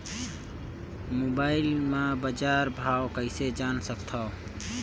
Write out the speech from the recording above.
Mobile म बजार भाव कइसे जान सकथव?